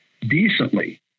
decently